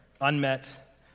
unmet